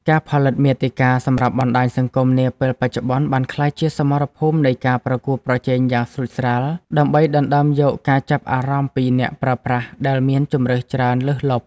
ការផលិតមាតិកាសម្រាប់បណ្ដាញសង្គមនាពេលបច្ចុប្បន្ន បានក្លាយជាសមរភូមិនៃការប្រកួតប្រជែងយ៉ាងស្រួចស្រាល់ ដើម្បីដណ្ដើមយកការចាប់អារម្មណ៍ពីអ្នកប្រើប្រាស់ដែលមានជម្រើសច្រើនលើសលប់។